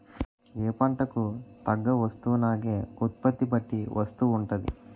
ఏ పంటకు తగ్గ వస్తువునాగే ఉత్పత్తి బట్టి వస్తువు ఉంటాది